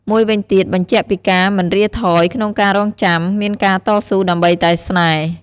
មួយវិញទៀត បញ្ជាក់ពីការមិនរៀថយក្នុងការរងចាំ មានការតស៊ូដើម្បីតែស្នេហ៍។